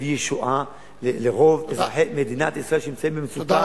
נביא ישועה לרוב אזרחי מדינת ישראל שנמצאים במצוקה.